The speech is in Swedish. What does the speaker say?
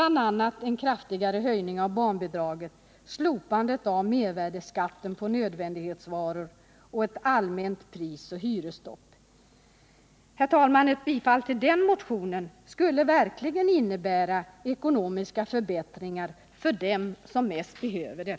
a. föreslog vi en kraftigare höjning av barnbidraget, slopande av mervärdeskatten på nödvändighetsvaror och ett allmänt prisoch hyresstopp. Ett bifall till den motionen skulle verkligen innebära ekonomiska förbättringar för dem som bäst behöver dem.